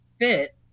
fit